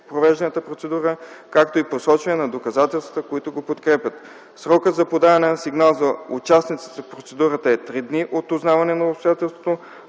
провежданата процедура, както и посочване на доказателствата, които ги подкрепят. Срокът за подаване на сигнала за участници в процедурата е три дни от узнаване на обстоятелството,